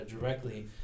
directly